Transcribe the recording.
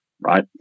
right